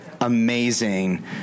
amazing